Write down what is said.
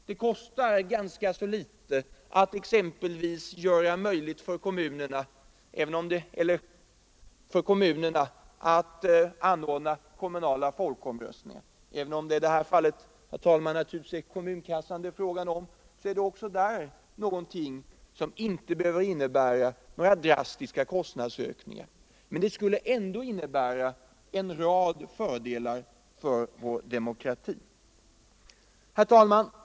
Det kostar ganska litet att exempelvis göra det möjligt för kommunerna att anordna kommunala folkomröstningar. En ökad närdemokrati behöver inte innebära några drastiska kostnadsökningar, men de fördelar som kan uppnås skulle vara betydande.